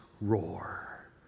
roar